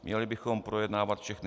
Měli bychom projednávat všechny.